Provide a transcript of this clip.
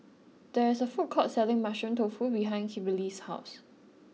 there is a food court selling Mushroom Tofu behind Kimberli's house